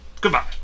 goodbye